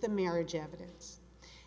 the marriage evidence